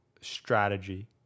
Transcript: strategy